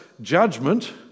judgment